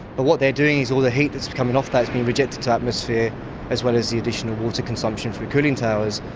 but what they are doing is all the heat that is coming off that has been rejected to atmosphere as well as the additional water consumption from cooling towers.